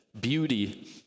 beauty